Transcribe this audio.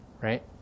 Right